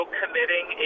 committing